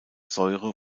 säure